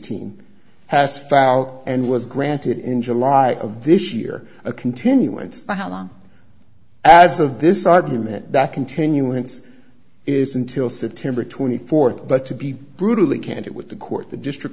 team has filed and was granted in july of this year a continuance for how long as of this argument that continuance is until september twenty fourth but to be brutally candidate with the court the district